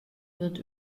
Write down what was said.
wird